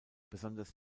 besonders